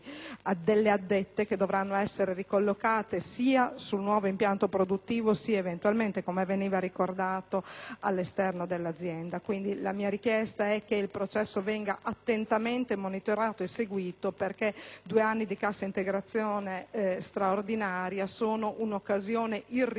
delle addette, che dovranno essere ricollocate, sia nel nuovo impianto produttivo sia, eventualmente, come veniva ricordato, all'esterno dell'azienda. Chiedo che il processo venga attentamente monitorato e seguito, perché due anni di cassa integrazione straordinaria sono un'occasione irripetibile